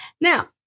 Now